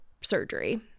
surgery